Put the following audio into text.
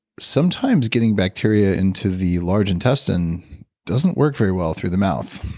sometimes getting bacteria into the large intestine doesn't work very well through the mouth,